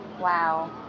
Wow